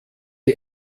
die